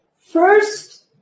First